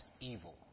evil